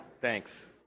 Thanks